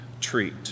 treat